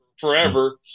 forever